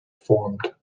formed